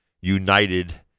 united